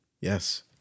Yes